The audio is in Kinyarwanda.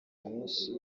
mwinshi